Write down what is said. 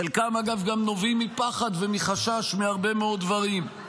חלקם אגב גם נובעים מפחד ומחשש מהרבה מאוד דברים.